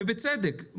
ובצדק,